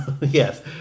Yes